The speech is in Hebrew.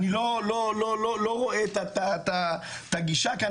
אני לא רואה את הגישה כאן.